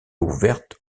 ouverte